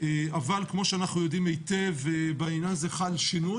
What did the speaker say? אבל כמו שאנחנו יודעים היטב בעניין הזה חל שינוי,